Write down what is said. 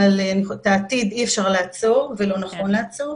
אבל את העתיד אי אפשר לעצור ולא נכון לעצור.